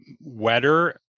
wetter